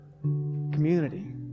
Community